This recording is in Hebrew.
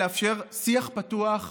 לאפשר שיח פתוח,